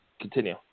Continue